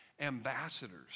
ambassadors